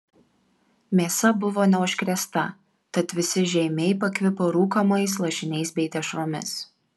mėsa buvo neužkrėsta tad visi žeimiai pakvipo rūkomais lašiniais bei dešromis